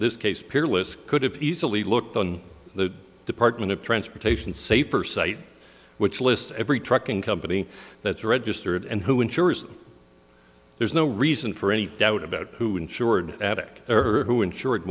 peerless could have easily looked on the department of transportation safer site which lists every trucking company that's registered and who insurers there's no reason for any doubt about who insured aduc erhu insured